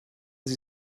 sie